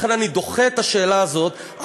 לכן אני דוחה את השאלה הזאת,